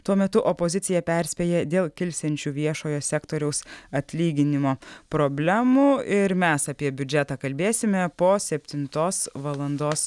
tuo metu opozicija perspėja dėl kilsiančių viešojo sektoriaus atlyginimo problemų ir mes apie biudžetą kalbėsime po septintos valandos